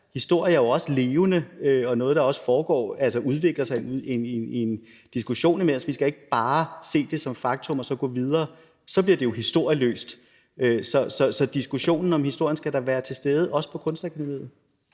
Historien er jo levende og noget, der også udvikler sig i en diskussion. Vi skal ikke bare se på den som noget faktuelt og så gå videre. Så bliver det jo historieløst. Så diskussionen om historien skal da være til stede, også på Kunstakademiet.